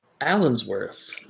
Allensworth